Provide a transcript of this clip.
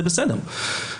זה בסדר,